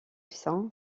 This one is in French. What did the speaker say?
sein